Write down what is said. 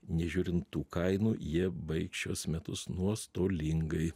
nežiūrint tų kainų jie baigs šiuos metus nuostolingai